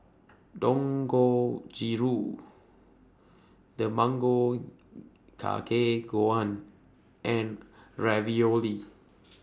Dangojiru Tamago Kake Gohan and Ravioli